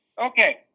Okay